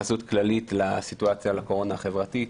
התייחסות כללית לקורונה החברתית,